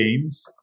games